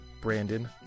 brandon